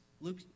Luke